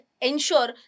ensure